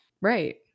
Right